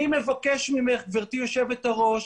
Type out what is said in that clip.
אני מבקש ממך, גברתי יושבת הראש,